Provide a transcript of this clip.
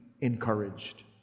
encouraged